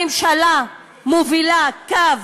הממשלה מובילה קו,